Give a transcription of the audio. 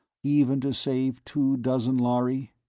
even to save two dozen lhari?